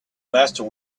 master